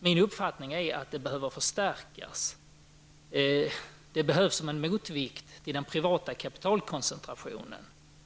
Min uppfattning är att det behöver förstärkas, att det behövs som en motvikt till den privata kapitalkoncentrationen.